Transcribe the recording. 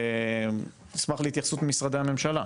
אשמח להתייחסות משרדי הממשלה.